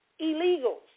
illegals